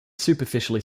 superficially